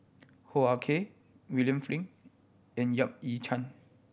Hoo Ah Kay William Flint and Yap Ee Chian